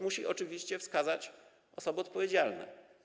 Musi oczywiście wskazać osoby odpowiedzialne.